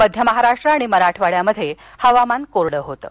मध्य महाराष्ट्र आणि मराठवाड्यात हवामान कोरडं होतं